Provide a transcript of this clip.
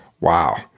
Wow